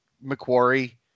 Macquarie